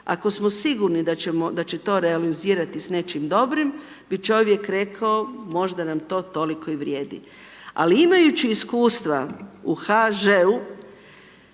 ako smo sigurni da će to realizirati s nečim dobrim bi čovjek rekao, možda nam to toliko i vrijedi. Ali imajući iskustva u HŽ-u,